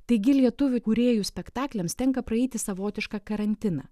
taigi lietuvių kūrėjų spektakliams tenka praeiti savotišką karantiną